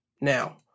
Now